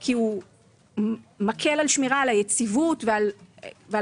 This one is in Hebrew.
כי הוא מקל על שמירה על היציבות ועל כך